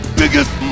biggest